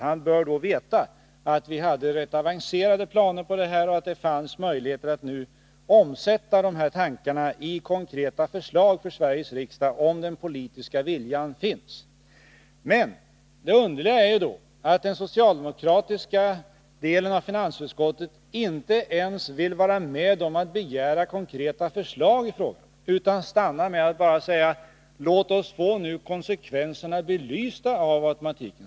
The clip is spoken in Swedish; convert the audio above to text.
Han bör då veta att vi hade rätt avancerade planer och att det fanns möjligheter att omsätta de tankarna i konkreta förslag för Sveriges riksdag, om den politiska viljan förelegat. Men det underliga är då att den socialdemokratiska delen av finansutskottet inte ens vill vara med om att begära konkreta förslag utan stannar med att bara säga: Låt oss nu få konsekvenserna av automatiken belysta.